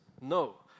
No